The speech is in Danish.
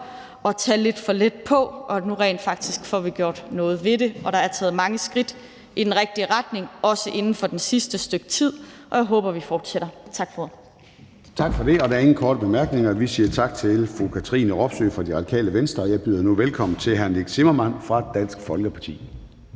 og tage lidt for let på. Nu kan vi rent faktisk få gjort noget ved det. Der er taget mange skridt i den rigtige retning, også inden for det sidste stykke tid, og jeg håber, vi fortsætter. Tak for ordet. Kl. 11:04 Formanden (Søren Gade): Tak for det. Der er ingen korte bemærkninger. Vi siger tak til fru Katrine Robsøe fra Radikale Venstre, og jeg byder nu velkommen til hr. Nick Zimmermann fra Dansk Folkeparti.